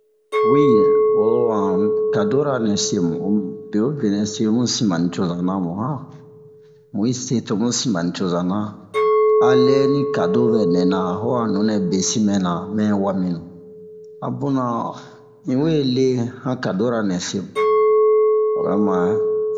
Wi o han kadora nɛ se mu o mu bewobe nɛ se mu sin ba nicoza na mu han mu yi se to mu sin ba nicoza na a lɛ ni kado vɛ nɛna ho a nunɛ besin mɛ na mɛ waminu a buna in we le han kadora nɛ se mu o bɛ mare